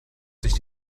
sich